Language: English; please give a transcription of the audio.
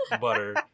butter